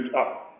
up